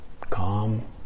calm